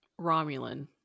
Romulan